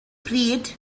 pryd